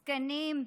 זקנים,